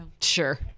Sure